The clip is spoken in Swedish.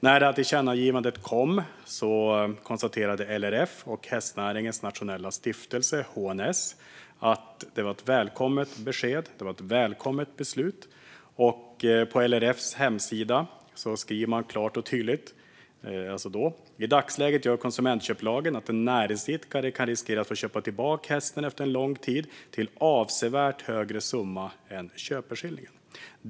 När tillkännagivandet kom konstaterade LRF och Hästnäringens Nationella Stiftelse, HNS, att det var ett välkommet besked. Det var ett välkommet beslut. På LRF:s hemsida skrev man klart och tydligt: I dagsläget gör konsumentköplagen att en näringsidkare kan riskera att få köpa till-baka hästen efter en lång tid till avsevärt högre summa än köpeskillingen.